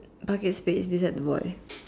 obviously this at the boy